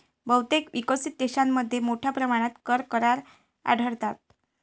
बहुतेक विकसित देशांमध्ये मोठ्या प्रमाणात कर करार आढळतात